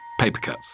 Papercuts